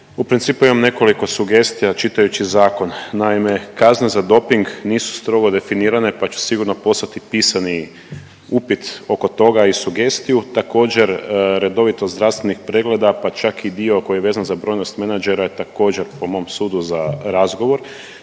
U principu imam nekoliko sugestija čitajući zakon. Naime, kazna za doping nisu strogo definirane pa ću sigurno poslati pisani upit oko toga i sugestiju. Također redovitost zdravstvenih pregleda pa čak i dio koji je vezan za … menadžera je također po mom sudu za razgovor.